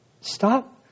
Stop